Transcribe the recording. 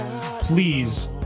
please